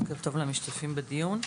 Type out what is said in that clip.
בוקר טוב למשתתפים בדיון.